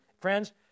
Friends